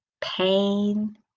pain